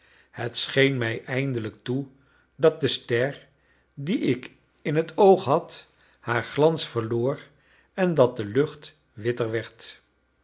het scheen mij eindelijk toe dat de ster die ik in het oog had haar glans verloor en dat de lucht witter werd